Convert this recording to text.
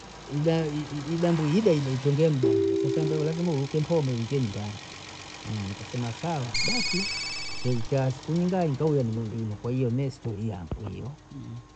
Idahi idambwi ida ida itenge mbwambe, sasa ndo lazima uluke mpombe uingie nyumbani, naona nkasema sawa basi, kei ikawa yinga ikaja nimelima kwahiyo mi sitolia ngwio